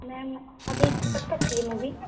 ma'am अभी कब तक ये मूवी